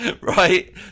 right